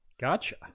Gotcha